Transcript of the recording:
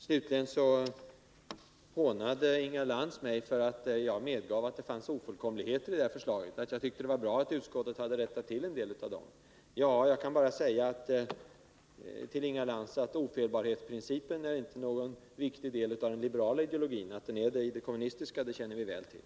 Slutligen hånade Inga Lantz mig för att jag medgav att det fanns ofullkomligheter i det här förslaget och för att jag tyckte det var bra att utskottet hade rättat till en del av dem. Jag kan bara säga till Inga Lantz att ofelbarhetsprincipen inte är någon viktig del av den liberala ideologin. Att den är det i den kommunistiska känner vi väl till.